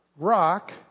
Rock